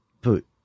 put